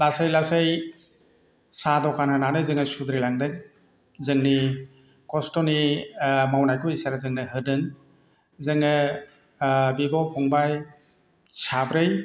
लासै लासै साहा दखान होनानै जोङो सुद्रिलांदों जोंनि खस्थ'नि मावनायखौ इसोरा जोंनो होदों जोङो बिब' फंबाइ साब्रै